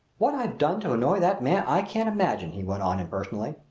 what i've done to annoy that man i can't imagine, he went on impersonally.